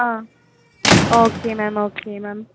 ah okay ma'am okay ma'am